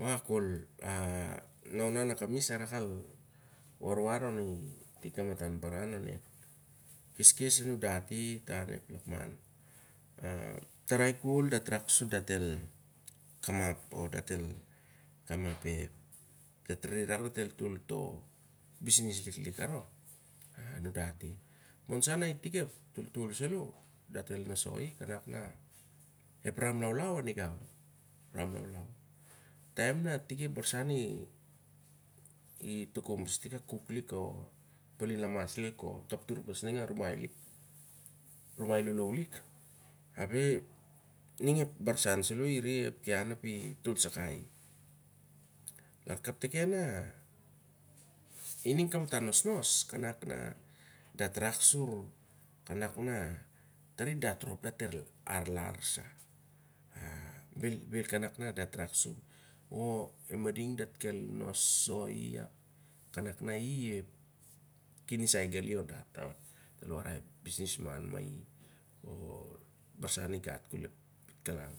Wakak kol, i tikna ona an yakamis, a rakal warwar on i tik ep kamatan aran on ep keskes anun dat i ta onep lakman. tarai kol dat rak sur dat el o dat el kamap o dat el tol to bisnis liklik aroh? Monsana i tik ep toltol saloh ep ram laulau adingau. traim na i tik ep barsan i tokom pas i tik a kuk lik or a palin lamas lik o ikap tur pas ning a rumai lik a rumai lo'lou lik. apeh ning e barsan salo' i re ap ian ap i tol sakai. A kapteken na i ning ka matan nosnos tare dat rop datel ar lar sa. Bel bel kanak na o e mading datel nosoi i o i nisai gali on dat o ep barsan i gat kol ep pitkalang.